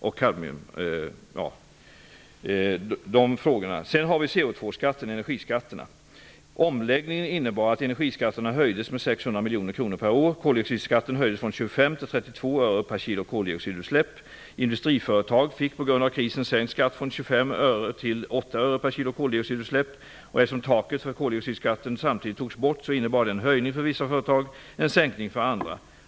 Vad gäller koldioxidskatten och energiskatterna innebar omläggningen att energiskatterna höjdes med 600 miljoner kronor per år, att koldioxidskatten höjdes från 25 till 32 öre per kilo koldioxidutsläpp och att industriföretag på grund av krisen fick en skattesänkning från 25 öre till 8 öre per kilo koldioxidutsläpp. Eftersom taket för koldioxidskatten samtidigt togs bort, innebär detta en höjning för vissa företag och en sänkning för andra.